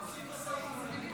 עשית טעות.